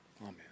amen